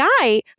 guy